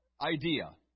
idea